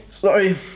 sorry